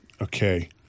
Okay